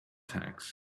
tacks